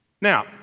Now